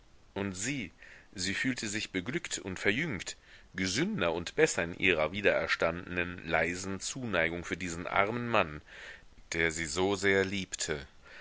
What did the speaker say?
und sie sie fühlte sich beglückt und verjüngt gesünder und besser in ihrer wiedererstandenen leisen zuneigung für diesen armen mann der sie so sehr liebte